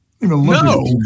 No